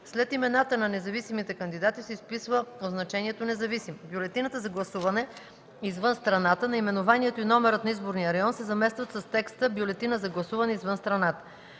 След имената на независимите кандидати се изписва означението „независим”. В бюлетината за гласуване извън страната наименованието и номерът на изборния район се заместват с текста "Бюлетина за гласуване извън страната”.